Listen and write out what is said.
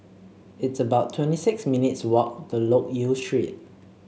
it's about twenty six minutes' walk to Loke Yew Street